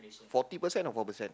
forty percent or four percent